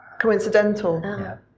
coincidental